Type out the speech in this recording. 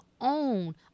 own